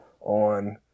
on